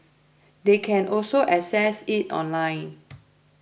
they can also access it online